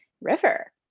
river